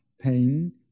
pain